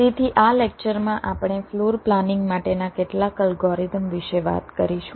તેથી આ લેક્ચર માં આપણે ફ્લોર પ્લાનિંગ માટેના કેટલાક અલ્ગોરિધમ વિશે વાત કરીશું